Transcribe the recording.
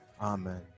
Amen